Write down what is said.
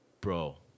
bro